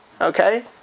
Okay